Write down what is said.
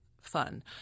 fun